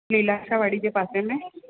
लीलाशा वाड़ी जे पासे में